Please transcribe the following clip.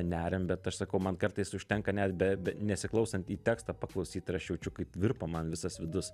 neriam bet aš sakau man kartais užtenka net be be nesiklausant į tekstą paklausyt ir aš jaučiu kaip virpa man visas vidus